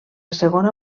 segona